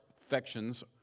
affections